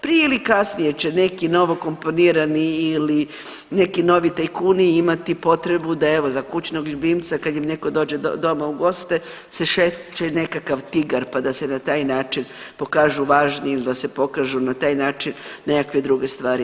Prije ili kasnije će neki novokomponirani ili neki novi tajkuni imati potrebu da, evo, za kućnog ljubimca, kad im netko dođe doma u goste, se šeće nekakav tigar pa da se na taj način pokažu važni ili da se pokažu na taj način nekakve druge stvari.